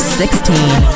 sixteen